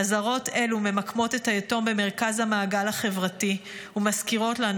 אזהרות אלו ממקמות את היתום במרכז המעגל החברתי ומזכירות לנו